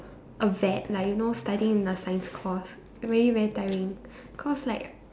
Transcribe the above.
a vet like you know studying in a science course really very tiring cause like